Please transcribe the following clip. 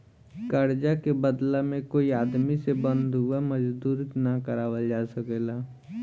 कर्जा के बदला में कोई आदमी से बंधुआ मजदूरी ना करावल जा सकेला